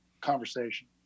conversation